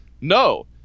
no